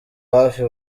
hafi